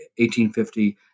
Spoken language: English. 1850